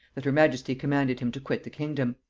that her majesty commanded him to quit the kingdom.